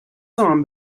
zaman